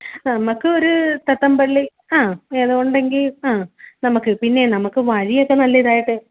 നമുക്ക് ഒരു തത്തംപള്ളി ആ ഏതോ ഉണ്ടെങ്കിൽ ആ നമുക്ക് പിന്നെ നമുക്ക് വഴിയൊക്കെ നല്ല ഇതായിട്ട്